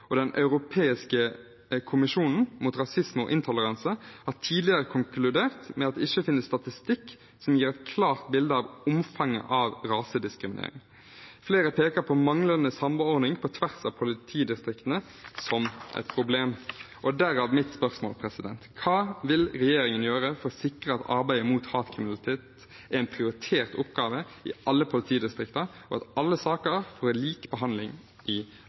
og Den europeiske kommisjonen mot rasisme og intoleranse har tidligere konkludert med at det ikke finnes statistikk som gir et klart bilde av omfanget av rasediskriminering. Flere peker på manglende samordning på tvers av politidistriktene som et problem. Derav mitt spørsmål: Hva vil regjeringen gjøre for å sikre at arbeidet mot hatkriminalitet er en prioritert oppgave i alle politidistrikt, og at alle saker får lik behandling i